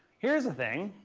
here's the thing.